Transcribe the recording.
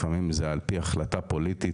לפעמים זה על פי החלטה פוליטית,